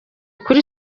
kuri